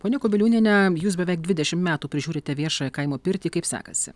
ponia kubiliūniene jūs beveik dvidešim metų prižiūrite viešąją kaimo pirtį kaip sekasi